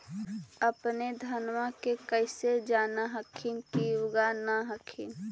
अपने धनमा के कैसे जान हखिन की उगा न हखिन?